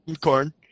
corn